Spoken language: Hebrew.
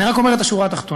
אני רק אומר את השורה התחתונה: